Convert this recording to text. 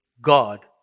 God